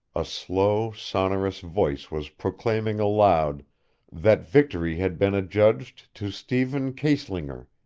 a slow, sonorous voice was proclaiming aloud that victory had been adjudged to stephen kiesslinger,